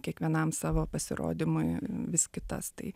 kiekvienam savo pasirodymui vis kitas tai